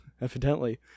evidently